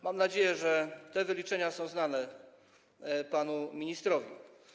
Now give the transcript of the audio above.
Mam nadzieję, że te wyliczenia są znane panu ministrowi.